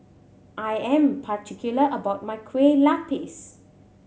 I am particular about my Kueh Lapis